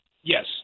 Yes